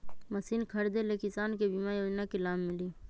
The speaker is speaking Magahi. मशीन खरीदे ले किसान के बीमा योजना के लाभ मिली?